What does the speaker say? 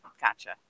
Gotcha